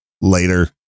later